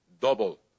double